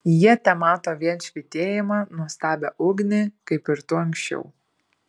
jie temato vien švytėjimą nuostabią ugnį kaip ir tu anksčiau